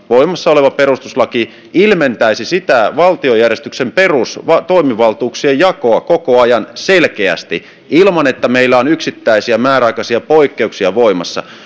voimassa oleva perustuslaki ilmentäisi sitä valtiojärjestyksen perustoimivaltuuksien jakoa koko ajan selkeästi ilman että meillä on yksittäisiä määräaikaisia poikkeuksia voimassa